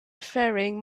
faring